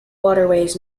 waterways